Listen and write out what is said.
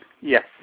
yes